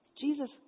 Jesus